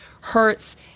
hurts